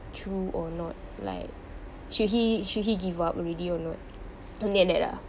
true or not like should he should he give up already or not and that that lah